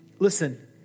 Listen